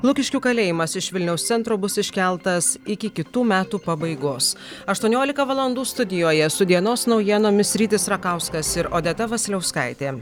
lukiškių kalėjimas iš vilniaus centro bus iškeltas iki kitų metų pabaigos aštuoniolika valandų studijoje su dienos naujienomis rytis rakauskas ir odeta vasiliauskaitė